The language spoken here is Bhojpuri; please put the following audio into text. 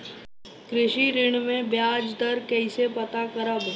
कृषि ऋण में बयाज दर कइसे पता करब?